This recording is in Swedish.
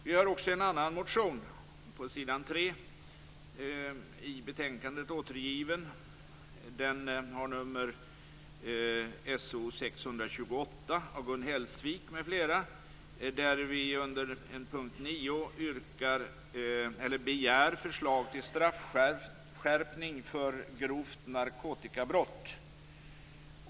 Vi har också en annan motion, återgiven på s. 3 i betänkandet. Den har nummer So628 av Gun Hellsvik m.fl. Där begär vi under punkt 9 förslag till straffskärpning för grovt narkotikabrott.